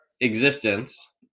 existence